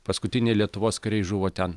paskutiniai lietuvos kariai žuvo ten